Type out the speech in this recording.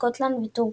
סקוטלנד וטורקיה.